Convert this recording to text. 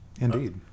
Indeed